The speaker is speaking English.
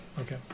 Okay